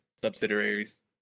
subsidiaries